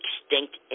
extinct